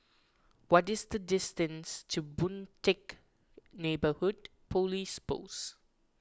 what is the distance to Boon Teck Neighbourhood Police Post